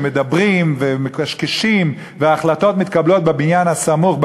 שמדברים ומקשקשים והחלטות מתקבלות בבניין הסמוך,